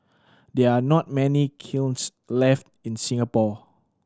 there are not many kilns left in Singapore